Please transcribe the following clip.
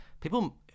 people